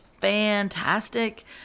fantastic